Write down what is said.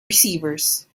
receivers